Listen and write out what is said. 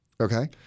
Okay